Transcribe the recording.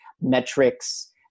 metrics